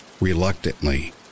Reluctantly